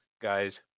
guys